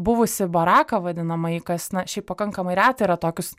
buvusį baraką vadinamąjį kas na šiaip pakankamai reta yra tokius